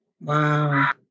wow